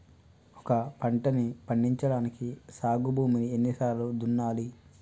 ఒక పంటని పండించడానికి సాగు భూమిని ఎన్ని సార్లు దున్నాలి?